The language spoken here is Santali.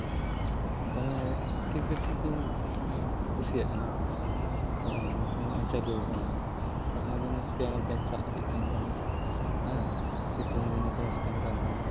ᱫᱚᱢᱮ ᱴᱷᱤᱠ ᱫᱚ ᱴᱷᱤᱠ ᱜᱤᱧ ᱠᱩᱥᱤᱭᱟᱜ ᱠᱟᱱᱟ ᱪᱮᱫ ᱪᱚᱝ ᱦᱚᱸᱜᱼᱚ ᱱᱚᱣᱟ ᱜᱮ ᱱᱚᱜᱼᱚᱭ ᱪᱟᱹᱞᱩᱣᱟᱠᱟᱱᱟ ᱚᱱᱟ ᱫᱚ ᱩᱱᱟᱹᱜ ᱫᱤᱱ ᱫᱚ ᱪᱤᱠᱟᱹᱭᱱᱟ ᱵᱮᱝᱠ ᱪᱟᱞᱟᱜ ᱦᱩᱭᱩᱜ ᱠᱟᱱ ᱛᱟᱦᱮᱱᱟ ᱦᱮᱸ ᱥᱤᱛᱩᱝ ᱫᱤᱱ ᱫᱚ ᱫᱚᱢᱮ ᱥᱤᱛᱩᱝ ᱠᱟᱱ ᱛᱟᱦᱮᱱᱟ